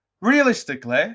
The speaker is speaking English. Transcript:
realistically